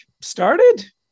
started